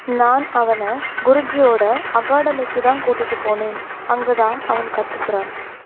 நான் அவனை குருஜியோடய அகாடமிக்கு தான் கூட்டிகிட்டு போனேன் அங்குதான் அவன் கற்றுக்கிறான்